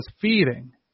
feeding